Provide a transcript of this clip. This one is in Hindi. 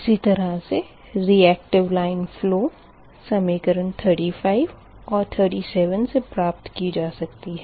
इसी तरह से रीयक्टिव लाइन फलो समीकरण 35 और 37 से प्राप्त की जा सकती है